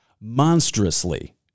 monstrously